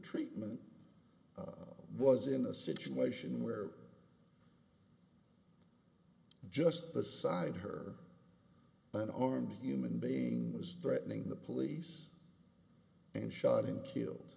treatment was in a situation where just beside her an armed human being was threatening the police and shot and killed